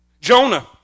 Jonah